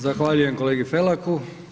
Zahvaljujem kolegi Felaku.